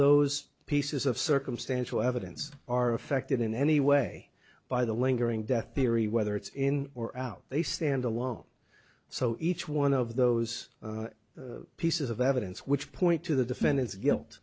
those pieces of circumstantial evidence are affected in any way by the lingering death theory whether it's in or out they stand alone so each one of those pieces of evidence which point to the defendant's